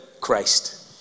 Christ